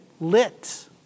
lit